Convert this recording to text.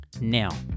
Now